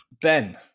ben